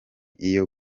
iyo